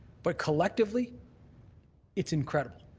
but collectively it's incredible.